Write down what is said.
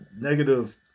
negative